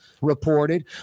reported